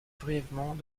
brièvement